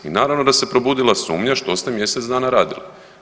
I naravno da ste probudila sumnja što ste mjesec dana radili?